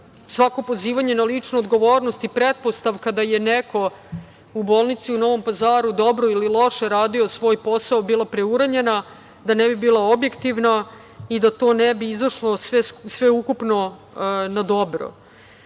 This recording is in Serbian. svako pozivanje na ličnu odgovornost i pretpostavka da je neko u bolnici u Novom Pazaru dobro ili loše radio svoj posao, bila preuranjena, da ne bi bila objektivna i da to ne bi izašlo sve ukupno na dobro. Mi